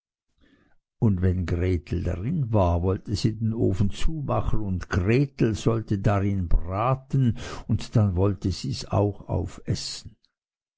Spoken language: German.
und wenn gretel darin war wollte sie den ofen zumachen und gretel sollte darin braten und dann wollte sies auch aufessen